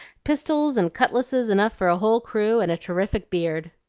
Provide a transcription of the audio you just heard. pistols and cutlasses enough for a whole crew, and a terrific beard.